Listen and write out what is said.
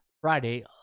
Friday